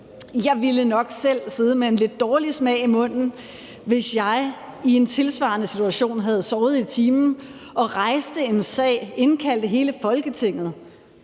Jeg ville nok selv sidde med en lidt dårlig smag i munden, hvis jeg i en tilsvarende situation havde sovet i timen og rejst en sag og indkaldt hele Folketinget